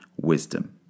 wisdom